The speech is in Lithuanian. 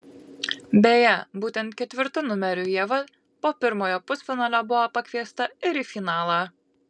beje būtent ketvirtu numeriu ieva po pirmojo pusfinalio buvo pakviesta ir į finalą